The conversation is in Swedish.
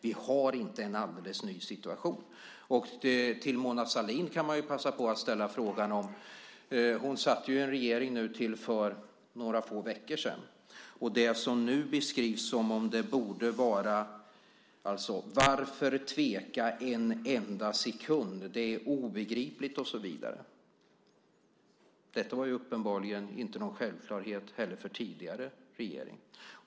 Situationen är inte alldeles ny. För Mona Sahlin, som ju satt i en regering till för några få veckor sedan, vill jag passa på att påpeka att det som nu beskrivs i ordalag av typen "Varför tveka en enda sekund? Det är obegripligt!" och så vidare ju uppenbarligen inte var någon självklarhet heller för den tidigare regeringen.